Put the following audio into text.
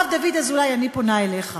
הרב דוד אזולאי, אני פונה אליך,